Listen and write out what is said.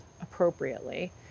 appropriately